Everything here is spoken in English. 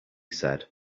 said